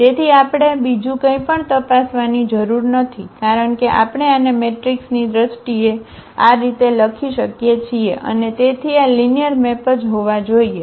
તેથી આપણે બીજું કંઇપણ તપાસવાની જરૂર નથી કારણ કે આપણે આને મેટ્રિક્સની દ્રષ્ટિએ આ રીતે લખી શકીએ છીએ અને તેથી આ લિનિયર મેપ જ હોવા જોઈએ